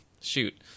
shoot